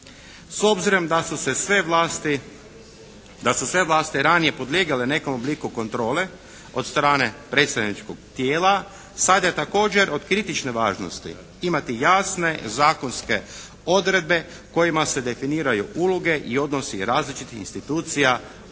vlasti, da su sve vlasti ranije podlijegale nekom obliku kontrole od strane predstavničkog tijela sad je također od kritične važnosti imati jasne zakonske odredbe kojima se definiraju uloge i odnosi različitih institucija lokalne